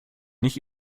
nicht